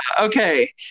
Okay